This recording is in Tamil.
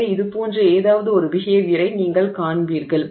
எனவே இது போன்ற ஏதாவது ஒரு பிஹேவியரை நீங்கள் காண்பீர்கள்